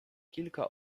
kilka